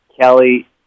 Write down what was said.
Kelly